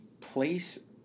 place